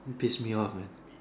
piss me off man